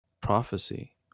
prophecy